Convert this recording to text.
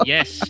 Yes